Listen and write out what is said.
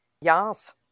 Yes